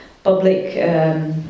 public